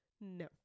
No